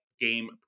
game